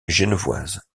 genevoise